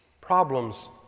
Problems